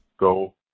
Go